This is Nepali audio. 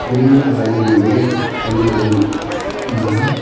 केही दिन अगाडि मैले एमाजोनमा